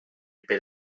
per